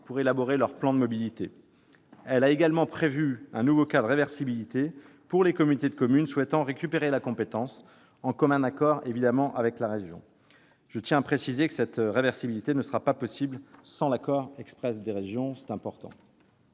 pour élaborer leur plan de mobilité. Elle a également prévu un nouveau cas de réversibilité pour les communautés de communes souhaitant récupérer la compétence, en commun accord avec la région. Je tiens à préciser que cette réversibilité ne sera pas possible sans l'accord express des régions- c'est important